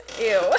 Ew